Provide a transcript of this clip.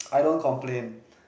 I don't complain